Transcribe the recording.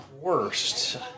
worst